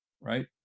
right